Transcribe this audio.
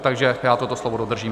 Takže já toto slovo dodržím.